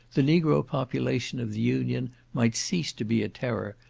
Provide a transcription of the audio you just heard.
the negro population of the union might cease to be a terror,